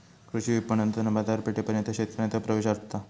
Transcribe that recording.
कृषी विपणणातना बाजारपेठेपर्यंत शेतकऱ्यांचो प्रवेश वाढता